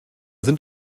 sind